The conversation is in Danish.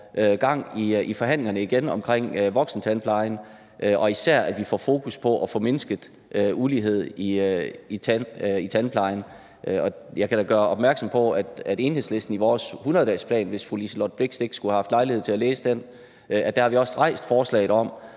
gang i forhandlingerne om voksentandplejen, og især, at vi får fokus på at få mindsket ulighed i tandplejen. Jeg kan da gøre opmærksom på, at Enhedslisten i vores 100-dagesplan, hvis fru Liselott Blixt ikke skulle have haft lejlighed til at læse den, har rejst forslaget om